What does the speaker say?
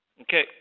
Okay